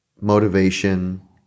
motivation